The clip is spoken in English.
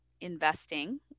investing